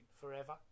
forever